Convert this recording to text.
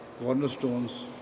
cornerstones